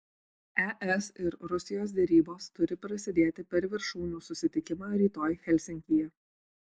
es ir rusijos derybos turi prasidėti per viršūnių susitikimą rytoj helsinkyje